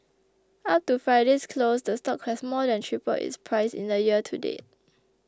up to Friday's close the stock has more than tripled its price in the year to date